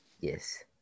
Yes